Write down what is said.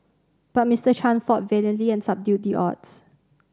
but Mister Chan fought valiantly and subdued the odds